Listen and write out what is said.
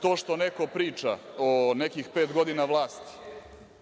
to što neko priča o nekih pet godina vlasti,